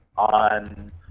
on